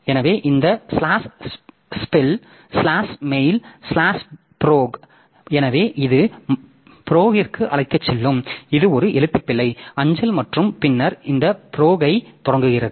எனவே இந்த slash spell slash mail slash proc எனவே இது ப்ரோக்கிற்கு அழைத்துச் செல்லும் இது ஒரு எழுத்துப்பிழை அஞ்சல் மற்றும் பின்னர் இந்த ப்ரோக்கைத் தொடங்குகிறது